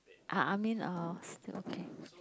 I I mean uh still okay